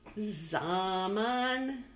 Zaman